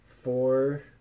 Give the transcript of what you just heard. four